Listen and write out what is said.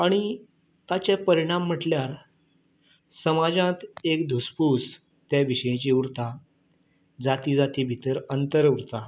आनी ताचें परिणाम म्हटल्यार समाजांत एक धुसपूस ते विशींची उरता जाती जाती भितर अंतर उरता